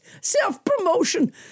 self-promotion